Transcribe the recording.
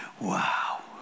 Wow